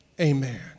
Amen